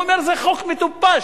הוא אומר: זה חוק מטופש.